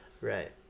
right